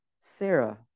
Sarah